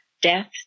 death